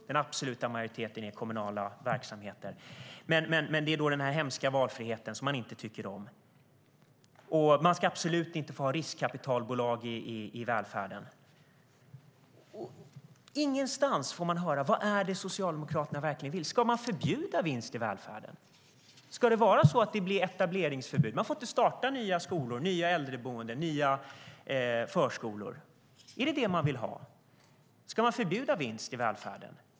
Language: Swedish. Den absoluta majoriteten är kommunala verksamheter. Men det är den hemska valfriheten som man inte tycker om. Man ska absolut inte få ha riskkapitalbolag i välfärden. Ingenstans får man höra vad det är Socialdemokraterna verkligen vill. Vill de förbjuda vinst i välfärden? Ska det bli ett etableringsförbud? Ska man inte få starta nya skolor, äldreboenden och förskolor? Vill de förbjuda vinst i välfärden?